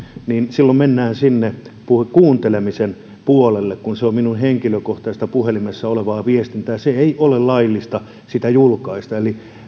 silloin mennään sinne kuuntelemisen puolelle kun se on minun henkilökohtaista puhelimessa olevaa viestintääni sitä ei ole laillista julkaista eli